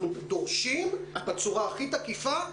אנחנו דורשים בצורה הכי תקיפה,